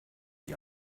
die